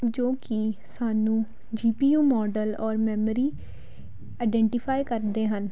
ਜੋ ਕਿ ਸਾਨੂੰ ਜੀ ਪੀ ਯੂ ਮਾਡਲ ਔਰ ਮੈਮਰੀ ਆਡੈਂਟੀਫਾਈ ਕਰਦੇ ਹਨ